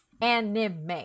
Anime